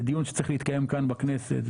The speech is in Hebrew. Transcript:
זה דיון שצריך להתקיים כאן בכנסת,